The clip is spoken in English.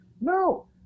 no